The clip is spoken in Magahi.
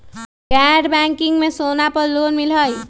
गैर बैंकिंग में सोना पर लोन मिलहई?